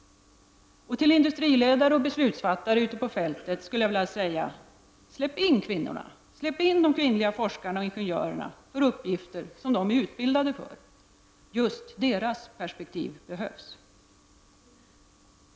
Till industriledare och beslutsfattare ute på fältet skulle jag vilja säga: Släpp in de kvinnliga forskarna och ingenjörerna för uppgifter som de är utbildade för. Just deras perspektiv behövs.